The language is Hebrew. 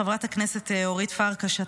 חברת הכנסת אורית פרקש,